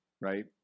right